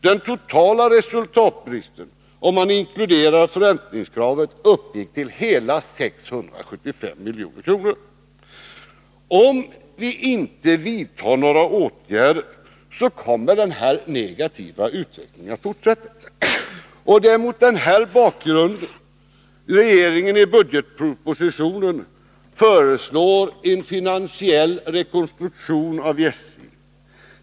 Det totala underskottet, om man inkluderar förräntningskravet, uppgick till hela 675 milj.kr. Om inga åtgärder vidtas, kommer denna negativa utveckling att fortsätta. Det är mot den bakgrunden som regeringen i budgetpropositionen föreslår en finansiell rekonstruktion av SJ.